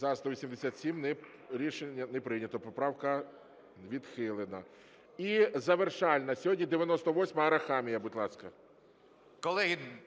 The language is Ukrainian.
За-187 Рішення не прийнято. Поправка відхилена. І завершальна сьогодні 98-а, Арахамія, будь ласка.